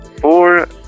Four